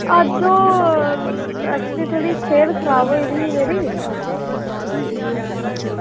अज्ज ओह् एक्चुअली सेह्त खराब होई दी ही मेरी